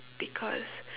because